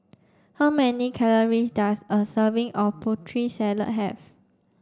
how many calories does a serving of Putri Salad have